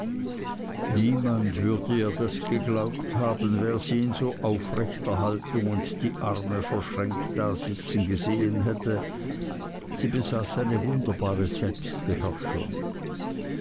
niemand würde ihr das geglaubt haben wer sie in so aufrechter haltung und die arme verschränkt dasitzen gesehen hätte sie besaß eine wunderbare